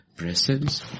presence